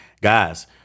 Guys